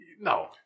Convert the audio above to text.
no